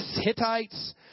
Hittites